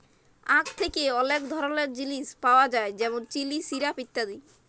আখ থ্যাকে অলেক ধরলের জিলিস পাওয়া যায় যেমল চিলি, সিরাপ ইত্যাদি